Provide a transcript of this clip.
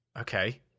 Okay